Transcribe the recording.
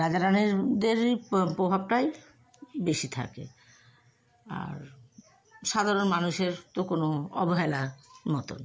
রাজা রানিদেরই প্রভাবটাই বেশি থাকে আর সাধারণ মানুষের তো কোনও অবহেলার মতন